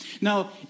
Now